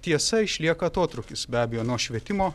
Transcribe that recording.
tiesa išlieka atotrūkis be abejo nuo švietimo